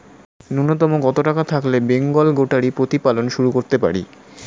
নূন্যতম কত টাকা থাকলে বেঙ্গল গোটারি প্রতিপালন শুরু করতে পারি?